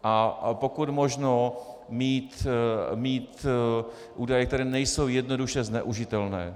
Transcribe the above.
A pokud možno mít údaje, které nejsou jednoduše zneužitelné.